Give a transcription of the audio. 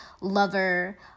lover